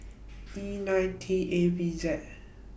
E nine T A V Z